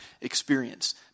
experience